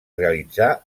realitzar